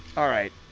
alright.